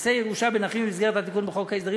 נכסי ירושה בין אחים במסגרת התיקון בחוק ההסדרים